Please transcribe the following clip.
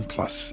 Plus